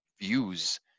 views